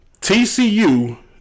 TCU